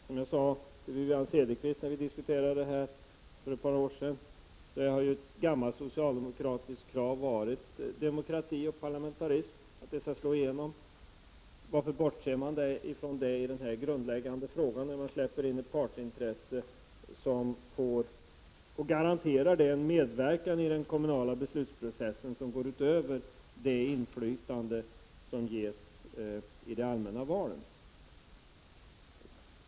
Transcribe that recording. Som jag sade till Vivi-Anne Cederqvist när vi diskuterade detta för ett par år sedan har det ju varit ett gammalt socialdemokratiskt krav att demokrati och parlamentarism skall slå igenom. Varför bortser man från detta i den här grundläggande frågan när man släpper in partsintressen som garanterar dem medverkan i den kommunala beslutsprocessen som går utöver det inflytande som ges i de allmänna valen?